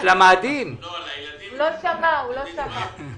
עצם העובדה שאנחנו בישיבה השנייה ועדיין לא יצאנו מכאן עם פתרון,